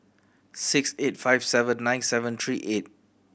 six eight five seven nine seven three eight